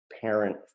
parent